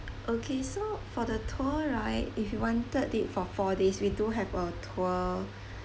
okay so for the tour right if you wanted it for four days we do have a tour